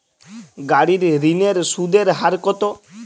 গাড়ির ঋণের সুদের হার কতো?